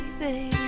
baby